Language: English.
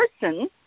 person